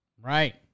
right